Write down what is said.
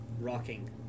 rocking